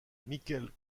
michel